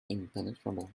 impenetrable